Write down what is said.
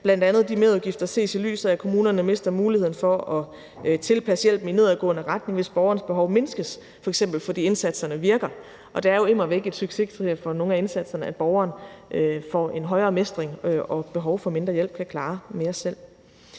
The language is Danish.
skal bl.a. de merudgifter ses i lyset af. Kommunerne mister muligheden for at tilpasse hjælpen i nedadgående retning, hvis borgerens behov mindskes, f.eks. fordi indsatserne virker, og det er jo immervæk et succeskriterie for nogle af indsatserne, at borgeren får en højere mestring, mindre behov for hjælp, kan klare mere selv.